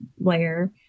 layer